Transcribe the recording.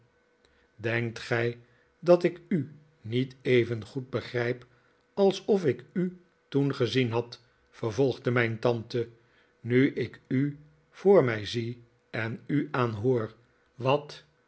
denkt gij dat ik u niet even goed begrijp alsof ik u toen gezien had vervolgde mijn tante nu ik u voor mij zie en u aanhoor wat